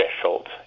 threshold